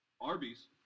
Arby's